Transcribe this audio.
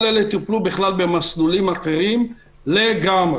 כל אלו טופלו במסלולים אחרים לגמרי.